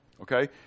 okay